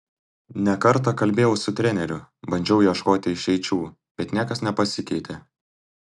ne kartą kalbėjau su treneriu bandžiau ieškoti išeičių bet niekas nepasikeitė